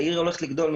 העיר הולכת לגדול.